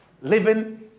Living